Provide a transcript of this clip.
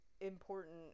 important